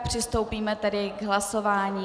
Přistoupíme tedy k hlasování.